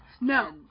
No